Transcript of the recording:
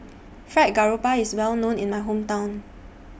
Fried Garoupa IS Well known in My Hometown